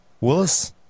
Willis